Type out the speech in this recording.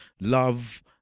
love